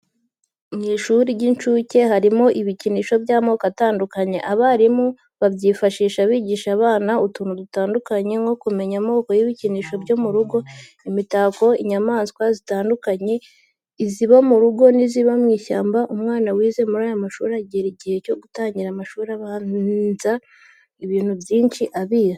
Mu ishuri ry'incuke harimo ibikinisho by'amoko atandukanye, abarimu babyifashisha bigisha abana utuntu dutandukanye, nko kumenya amoko y'ibikoresho byo mu rugo, imitako, inyamaswa zitandukanye iziba mu rugo n'iziba mu ishyamba. Umwana wize muri aya mashuri agera igihe cyo gutangira amashuri abanza ibintu byinshi abizi.